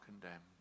condemned